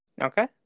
Okay